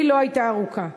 שלי לא הייתה ארוכה,